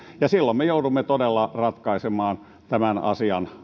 ja silloin me joudumme todella ratkaisemaan tämän asian